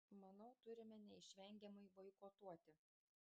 manau turime neišvengiamai boikotuoti